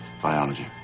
Biology